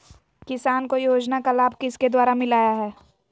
किसान को योजना का लाभ किसके द्वारा मिलाया है?